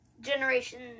Generation